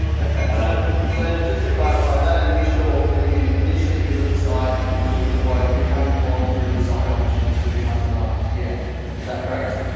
ah so just to clarify that initial when you initially visit the site and you do a quote we haven't gone through design options with the customer yet is that correct?